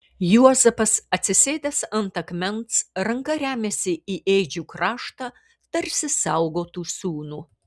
juozapas atsisėdęs ant akmens ranka remiasi į ėdžių kraštą tarsi saugotų sūnų